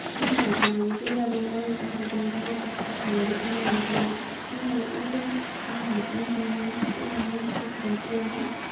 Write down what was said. उनीहरूको लागि चाहिँ अब अरू जग्गा गएर बस्ने ठाउँ पनि हुने थिएन उनीहरूलाई इभन कामहरू पनि पाउन मुस्किलभन्दा मुस्किल पर्थ्यो होइन